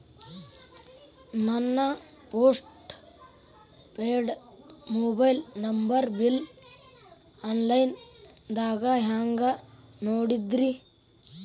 ನನ್ನ postpaid mobile number bill, online ದಾಗ ಹ್ಯಾಂಗ್ ನೋಡೋದ್ರಿ?